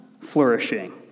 flourishing